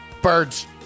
birds